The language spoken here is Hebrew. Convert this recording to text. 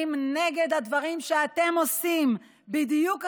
נגד הדברים שאתם עושים בדיוק עכשיו.